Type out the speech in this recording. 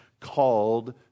called